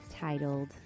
titled